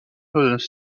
pneus